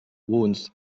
wounds